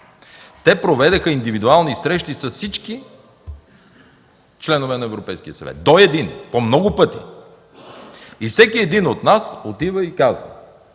Те проведоха индивидуални срещи с всички членове на Европейския съвет – до един! И по много пъти. Всеки един от нас отива и казва: